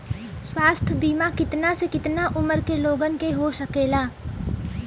स्वास्थ्य बीमा कितना से कितना उमर के लोगन के हो सकेला?